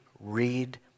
read